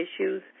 issues